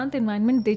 environment